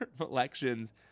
elections